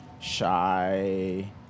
shy